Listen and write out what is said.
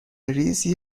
ریزی